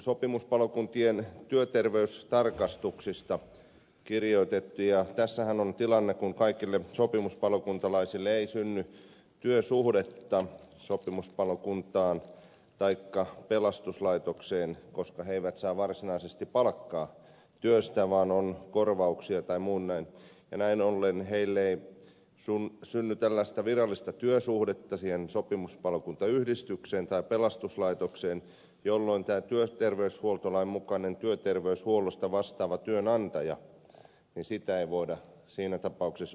sopimuspalokuntien työterveystarkastuksista on kirjoitettu ja tässähän on tilanne kun kaikille sopimuspalokuntalaisille ei synny työsuhdetta sopimuspalokuntaan taikka pelastuslaitokseen koska he eivät saa varsinaisesti palkkaa työstä vaan on korvauksia tai muita ja näin ollen heille ei synny virallista työsuhdetta sopimuspalokuntayhdistykseen tai pelastuslaitokseen jolloin työterveyshuoltolain mukaista työterveyshuollosta vastaavaa työnantajaa ei voida siinä tapauksessa osoittaa